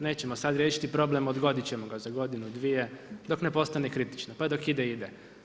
Nećemo sad riješiti problem, odgoditi ćemo ga za godinu, dvije, dok ne postane kritično, pa dok ide, ide.